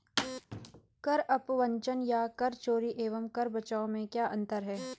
कर अपवंचन या कर चोरी एवं कर बचाव में क्या अंतर है?